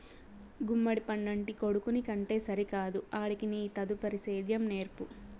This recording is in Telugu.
గుమ్మడి పండంటి కొడుకుని కంటే సరికాదు ఆడికి నీ తదుపరి సేద్యం నేర్పు